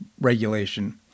regulation